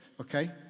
Okay